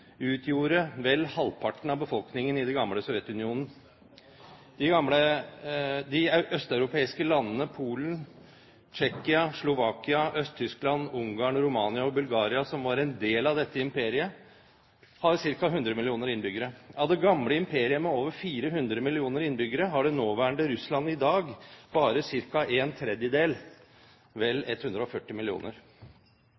utgjorde vel halvparten av befolkningen i det gamle Sovjetunionen. De østeuropeiske landene Polen, Tsjekkia, Slovakia, Øst-Tyskland, Ungarn, Romania og Bulgaria, som var en del av dette imperiet, har ca. 100 millioner innbyggere. Av det gamle imperiet med over 400 millioner innbyggere har det nåværende Russland i dag bare ca. en tredjedel, vel